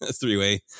three-way